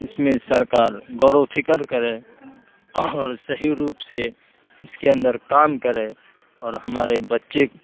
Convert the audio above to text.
اس میں سرکار غور و فکر کرے اور صحیح روپ سے اس کے اندر کام کرے اور ہمارے بچے